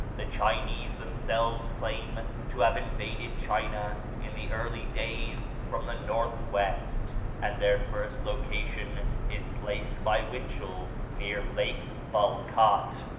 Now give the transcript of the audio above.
the chinese themselves claim to have invaded china in the early days from the north-west and their first location is placed by winchell near lake balkat,